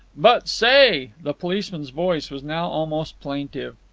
but, say the policeman's voice was now almost plaintive.